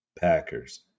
Packers